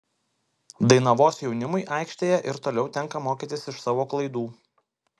dainavos jaunimui aikštėje ir toliau tenka mokytis iš savo klaidų